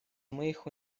моих